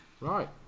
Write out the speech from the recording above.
right